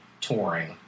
touring